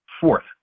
Fourth